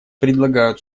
предлагают